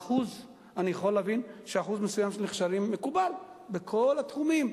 אני יכול להבין שאחוז מסוים של נכשלים מקובל בכל התחומים,